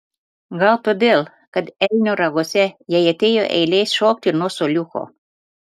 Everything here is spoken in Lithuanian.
gal todėl kad elnio raguose jai atėjo eilė šokti nuo suoliuko